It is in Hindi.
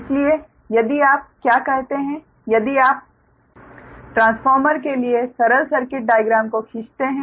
इसलिए यदि आप क्या कहते हैं यदि आप ट्रांसफॉर्मर के लिए सरल सर्किट डाइग्राम को खींचते हैं